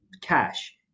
cash